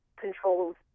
controls